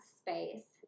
space